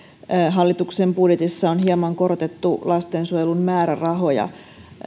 hallituksen budjetissa on hieman korotettu lastensuojelun määrärahoja